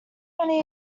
money